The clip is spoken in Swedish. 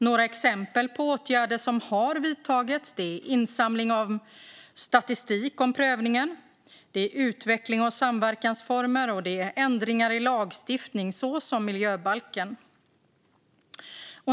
Några exempel på åtgärder som har vidtagits är insamling av statistik om prövningen, utveckling av samverkansformer och ändringar i lagstiftning såsom miljöbalken.